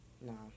No